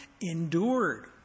endured